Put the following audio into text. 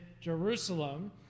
Jerusalem